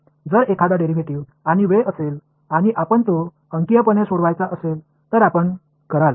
जर एखादा डेरिव्हेटिव्ह आणि वेळ असेल आणि आपण तो अंकीयपणे सोडवायचा असेल तर आपण कराल